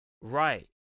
right